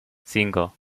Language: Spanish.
cinco